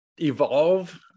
evolve